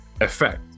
effect